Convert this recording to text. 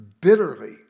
bitterly